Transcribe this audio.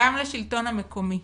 גם לשלטון המקומי,